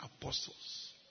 apostles